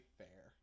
fair